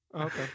Okay